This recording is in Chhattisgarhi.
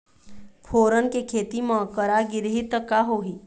फोरन के खेती म करा गिरही त का होही?